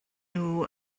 nhw